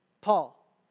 Paul